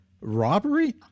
Robbery